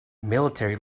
military